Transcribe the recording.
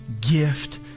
gift